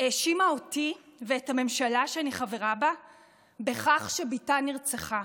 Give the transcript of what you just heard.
האשימה אותי ואת הממשלה שאני חברה בה בכך שבתה נרצחה.